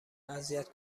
اذیت